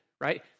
right